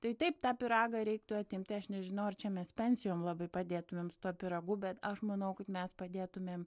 tai taip tą pyragą reiktų atimti aš nežinau ar čia mes pensijom labai padėtumėm su tuo pyragu bet aš manau kad mes padėtumėm